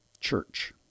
church